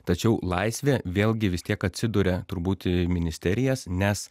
tačiau laisvė vėlgi vis tiek atsiduria turbūt ministerijas nes